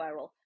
viral